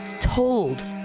told